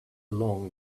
along